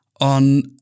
on